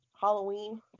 Halloween